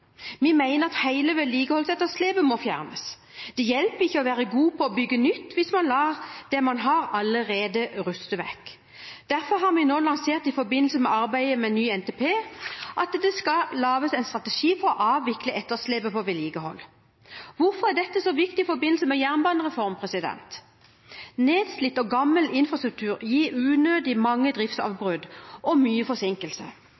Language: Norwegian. Vi mener at hele vedlikeholdsetterslepet må fjernes. Det hjelper ikke å være god på å bygge nytt hvis man lar det man allerede har, ruste vekk. Derfor har vi nå i forbindelse med arbeidet med ny NTP lansert en strategi for å avvikle etterslepet av vedlikeholdet. Hvorfor er dette så viktig i forbindelse med jernbanereformen? Nedslitt og gammel infrastruktur gir unødig mange driftsavbrudd og mye